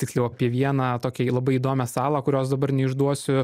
tiksliau apie vieną tokią labai įdomią salą kurios dabar neišduosiu